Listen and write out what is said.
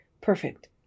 perfect